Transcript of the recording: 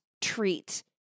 treat